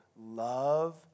love